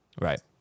Right